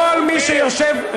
כל מי שיושב,